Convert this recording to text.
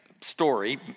story